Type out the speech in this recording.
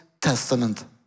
Testament